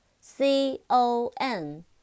C-O-N